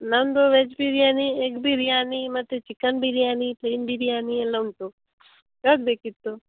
ನಮ್ಮದು veg biryani egg biryani ಮತ್ತು chicken biryani plain biryani ಎಲ್ಲ ಉಂಟು ಯಾವುದು ಬೇಕಿತ್ತು